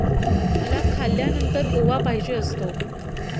मला खाल्यानंतर ओवा पाहिजे असतो